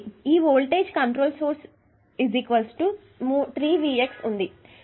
ఈ voltage control voltage source 3 Vx ఉంది